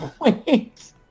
Wait